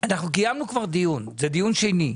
אנחנו כבר קיימנו דיון והדיון היום הוא דיון שני.